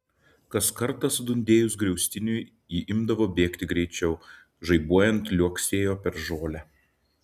kas kartą sudundėjus griaustiniui ji imdavo bėgti greičiau žaibuojant liuoksėjo per žolę